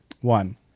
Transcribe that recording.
one